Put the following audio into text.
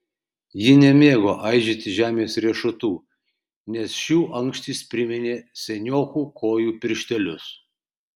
ji nemėgo aižyti žemės riešutų nes šių ankštys priminė seniokų kojų pirštelius